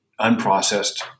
unprocessed